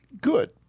good